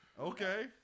Okay